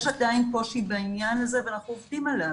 יש עדיין קושי בעניין הזה ואנחנו עובדים עליו.